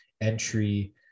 entry